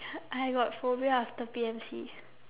I got phobia after P_M_C